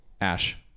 Ash